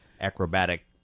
acrobatic